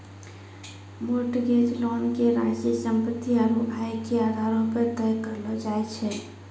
mortgage loan के राशि सम्पत्ति आरू आय के आधारो पे तय करलो जाय छै